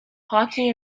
hockey